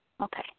Okay